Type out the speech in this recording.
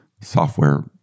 software